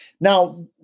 now